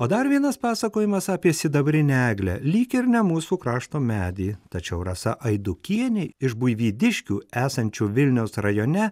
o dar vienas pasakojimas apie sidabrinę eglę lyg ir ne mūsų krašto medį tačiau rasa aidukienė iš buivydiškių esančių vilniaus rajone